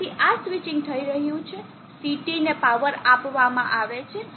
તેથી આ સ્વિચીંગ થઈ રહ્યું છે CT ને પાવર આપવામાં આવે છે